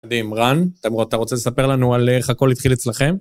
מדהים, רן, למרות, אתה רוצה לספר לנו על איך הכל התחיל אצלכם?